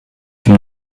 from